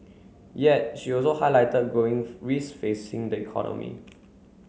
yet she also highlighted growing risks facing the economy